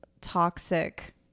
toxic